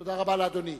תודה רבה לאדוני.